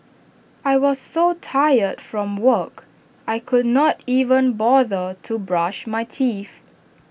I was so tired from work I could not even bother to brush my teeth